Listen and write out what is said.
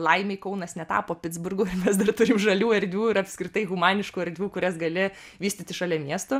laimei kaunas netapo pitsburgu ir mes dar turim žalių erdvių ir apskritai humaniškų erdvių kurias gali vystyti šalia miesto